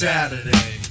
Saturday